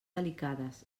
delicades